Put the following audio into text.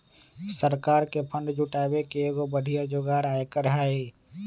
सरकार के फंड जुटावे के एगो बढ़िया जोगार आयकर हई